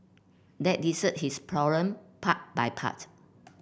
let dessert his part by part